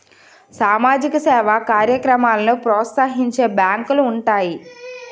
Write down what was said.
సామాజిక సేవా కార్యక్రమాలను ప్రోత్సహించే బ్యాంకులు ఉంటాయి